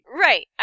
Right